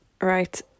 Right